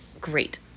great